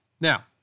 Now